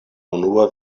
unua